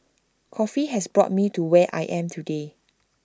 coffee has brought me to where I am today